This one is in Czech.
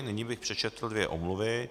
Nyní bych přečetl dvě omluvy.